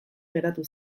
geratu